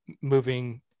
moving